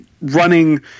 running